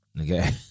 Okay